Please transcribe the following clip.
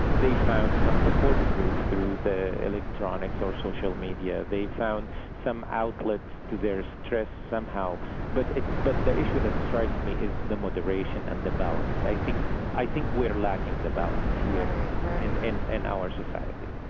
they found some support group through the electronics or social media. they found some outlets to their stress somehow but but the issue that strikes me is the moderation and the balance. i think i think we are lacking the balance here in our society.